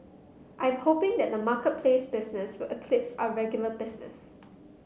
I'm hoping that the marketplace business will eclipse our regular business